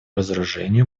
разоружению